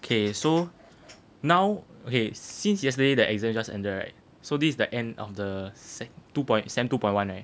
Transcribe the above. okay so now okay since yesterday the exam just ended right so this is the end of the sem two point sem two point one right